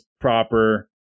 proper